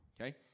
okay